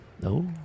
No